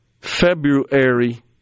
February